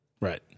Right